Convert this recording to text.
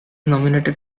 nominated